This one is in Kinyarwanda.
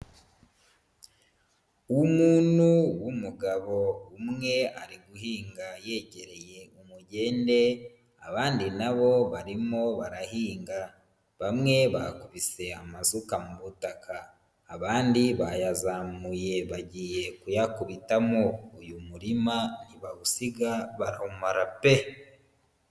Umuntu w'umugabo umwe ari guhinga yegereye umugende abandi na bo barimo barahinga, bamwe bakubise amasuka mu butaka abandi bayazamuye bagiye kuyakubitamo, uyu murima ntibawusiga barawumara pe.